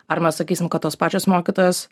ar mes sakysim kad tos pačios mokytojos